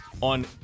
On